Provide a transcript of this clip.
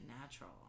Natural